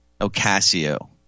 Ocasio